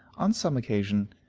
on some occasions,